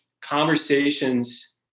conversations